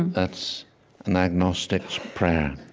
that's an agnostic's prayer.